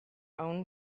own